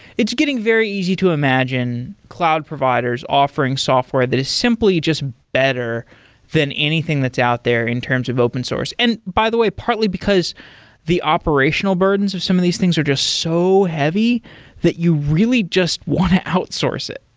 it's getting very easy to imagine cloud providers offering software that is simply just better than anything that's out there in terms of open source. and by the way, partly because the operational burdens of some of these things are just so heavy that you really just want to outsource it.